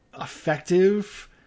effective